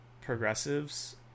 progressives